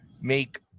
make